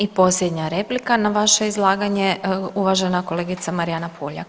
I posljednja replika na vaše izlaganje, uvažena kolegica Marijana Puljak.